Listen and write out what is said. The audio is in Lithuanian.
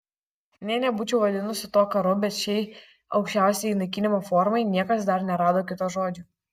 nė nebūčiau vadinusi to karu bet šiai aukščiausiai naikinimo formai niekas dar nerado kito žodžio